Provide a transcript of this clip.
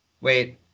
Wait